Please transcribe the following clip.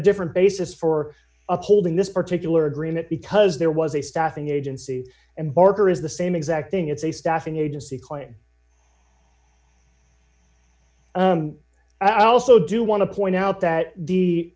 a different basis for upholding this particular agreement because there was a staffing agency and barker is the same exact thing it's a staffing agency client i also do want to point out that the